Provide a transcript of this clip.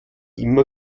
immer